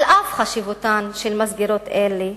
על אף חשיבותן של מסגרות אלו,